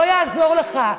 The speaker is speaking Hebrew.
לא יעזור לך.